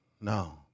No